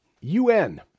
un